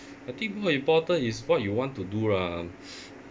I think more important is what you want to do lah